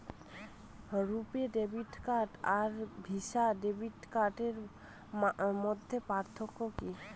রূপে debit card আর Visa debit কার্ডের মধ্যে পার্থক্য কি?